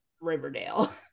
riverdale